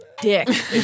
dick